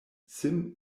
sim